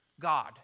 God